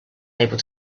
able